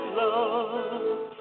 love